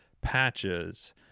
patches